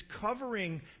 covering